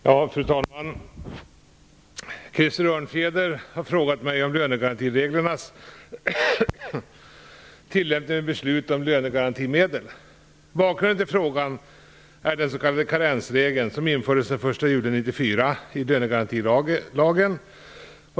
Fru talman! Krister Örnfjäder har frågat mig om lönegarantireglernas tillämpning vid beslut om lönegarantimedel. Bakgrunden till frågan är den s.k. karensregeln som infördes den 1 juli 1994 i lönegarantilagen.